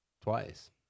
twice